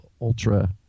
ultra